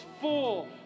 full